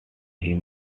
him